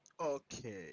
okay